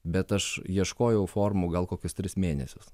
bet aš ieškojau formų gal kokius tris mėnesius